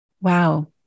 Wow